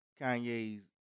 Kanye's